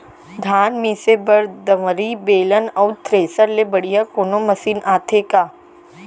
धान मिसे बर दंवरि, बेलन अऊ थ्रेसर ले बढ़िया कोनो मशीन आथे का?